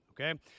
okay